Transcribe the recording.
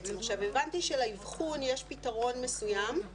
הבנתי שלאבחון יש פתרון מסוים,